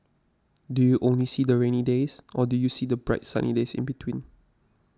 do you only see the rainy days or do you see the bright sunny days in between